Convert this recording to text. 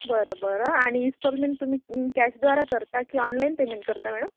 बरं बरं आणि इंस्टॉलमेंट तुम्ही कॅशद्वारा करता की ऑनलाईन पेमेंट करता मॅडम